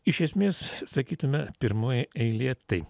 iš esmės sakytume pirmoji eilė tai